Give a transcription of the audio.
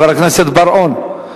חבר הכנסת בר-און,